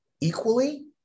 equally